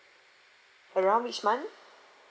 around which month